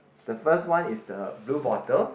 the first one is the blue bottle